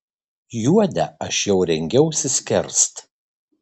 juodę aš jau rengiausi skerst